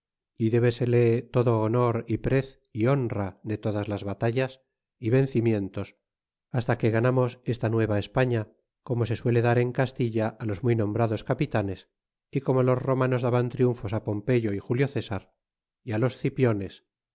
y debesele todo honor y prez e honra de todas las batallas é vencimientos hasta que ganamos esta nuevaespaña como se suele dar en castilla á los muy nombrados capitanes y como los romanos daban triunfos pompeyo y julio césar y á los cipiones